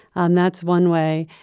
and that's one way.